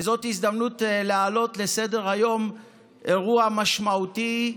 וזאת הזדמנות להעלות על סדר-היום אירוע משמעותי,